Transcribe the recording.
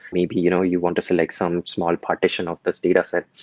maybe you know you want to select some small partition of this dataset.